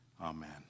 Amen